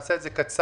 נעשה את זה קצר.